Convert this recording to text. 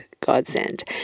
godsend